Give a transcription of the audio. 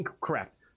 correct